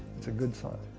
it's a good sign.